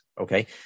okay